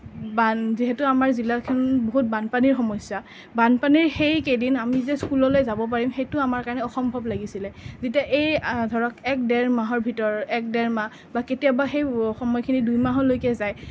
বান যিহেতু আমাৰ জিলাখন বহুত বানপানীৰ সমস্যা বানপানীৰ সেইকেইদিন আমি যে স্কুললৈ যাব পাৰিম সেইটো আমাৰ কাৰণে অসম্ভৱ লাগিছিলে যেতিয়া এই ধৰক এক দেৰ মাহৰ ভিতৰ এক দেৰ মাহ বা কেতিয়াবা সেই সময়খিনি দুই মাহলৈকে যায়